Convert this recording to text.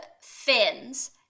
fins